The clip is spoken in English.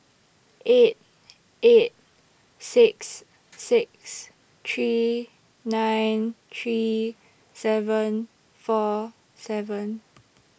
eight eight six six three nine three seven four seven